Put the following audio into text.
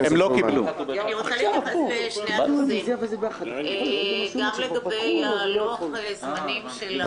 אני רוצה להתייחס לשני הנושאים: גם ללוח הזמנים של המליאה